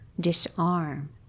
disarm